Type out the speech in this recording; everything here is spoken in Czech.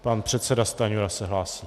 Pan předseda Stanjura se hlásí.